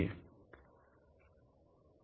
तक खाली है अंतिम पैराग्राफ फिर से दोहराया गया है